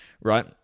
right